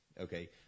Okay